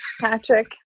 patrick